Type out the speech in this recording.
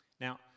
Now